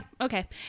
Okay